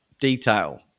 detail